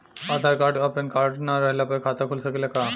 आधार card आ PAN card ना रहला पर खाता खुल सकेला का?